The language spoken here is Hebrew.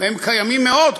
הם קיימים מאוד,